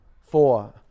four